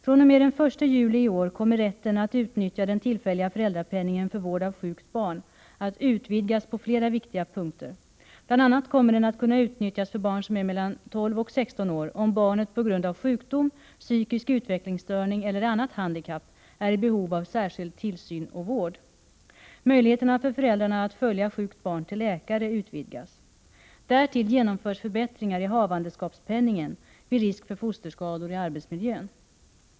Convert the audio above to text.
fr.o.m. den 1 juli i år kommer rätten att utnyttja den tillfälliga föräldrapenningen för vård av sjukt barn att utvidgas på flera viktiga punkter. Bl.a. kommer den att kunna utnyttjas för barn som är mellan 12 och 16 år, om barnet på grund av sjukdom, psykisk utvecklingsstörning eller annat handikapp är i behov av särskild tillsyn och vård. Möjligheterna för föräldrarna att följa sjukt barn till läkare utvidgas. Därtill genomförs förbättringar i havandeskapspenningen vid risk för fosterskador i arbetsmiljön.